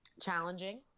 challenging